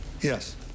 Yes